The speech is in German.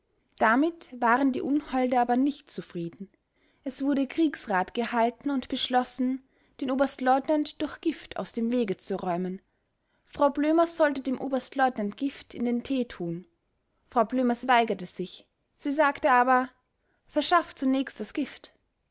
damit waren die unholde aber nicht zufrieden es wurde kriegsrat gehalten und beschlossen den oberstleutnant durch gift aus dem wege zu räumen frau blömers sollte dem oberstleutnant gift in den tee tun frau blömers weigerte sich sie sagte aber verschafft zunächst das gift